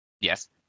Yes